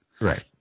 Right